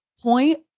point